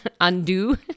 undo